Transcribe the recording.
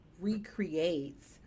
recreates